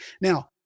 Now